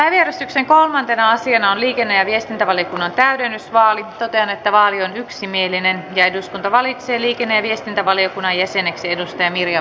äänestyksen kolmantena asianaan liikenne ja viestintävaliokunnantäydennysvaali toteen että vaalien yksimielinen eduskunta valitsi liikenne ja viestintävaliokunnan jäseneksi mirja vehkaperän